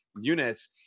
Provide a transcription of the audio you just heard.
units